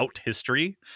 history